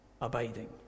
abiding